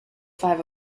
five